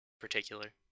particular